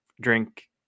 drink